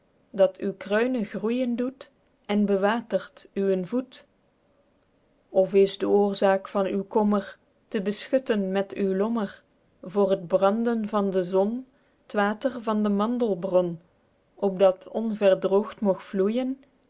dat uw kruine groeijen doet en bewatert uwen voet of is de oorzaek van uw kommer te beschutten met uw lommer voor het branden van de zon t water van de mandelbron opdat t onverdroogd moog vloeijen